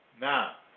Now